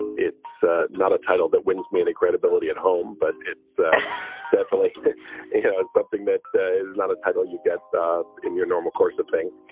it's ah not a title that wins me any credibility at home, but it's definitely something that that is not a title you get in your normal course of things.